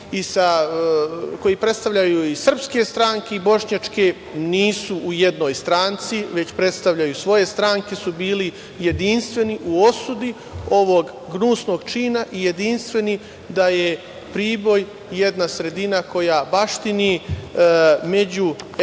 koji predstavljaju i srpske stranke i bošnjačke, nisu u jednoj stranci, već predstavljaju svoje stranke, su bili jedinstveni u osudi ovog gnusnog čina i jedinstveni da je Priboj jedna sredina koja baštini međuetnički